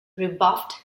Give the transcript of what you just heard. rebuffed